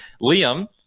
Liam